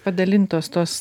padalintos tos